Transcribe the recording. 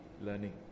learning